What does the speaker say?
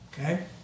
Okay